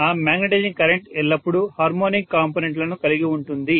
ఆ magnetising current ఎల్లప్పుడూ harmonic component లను కలిగి ఉంటుంది